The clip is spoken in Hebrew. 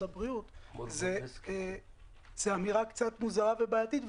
הבריאות זאת אמירה קצת מוזרה ובעייתית,